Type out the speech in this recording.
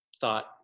thought